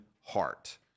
heart